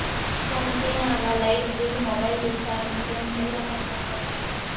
phone pay ನಾಗ್ light bill, mobile recharge, insurance ಎಲ್ಲಾ ಕಟ್ಟಲಕ್ ಬರ್ತುದ್